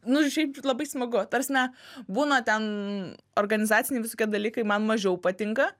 nu šiaip labai smagu ta prasme būna ten organizaciniai visokie dalykai man mažiau patinka